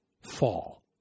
fall